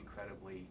incredibly